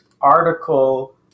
article